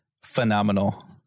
Phenomenal